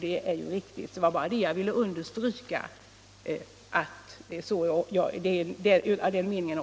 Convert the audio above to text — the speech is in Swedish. Jag ville bara understryka att även jag är av den meningen.